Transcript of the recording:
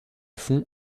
fond